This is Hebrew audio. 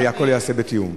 והכול ייעשה בתיאום.